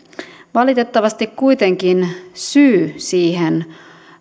valitettavasti kuitenkin syy siihen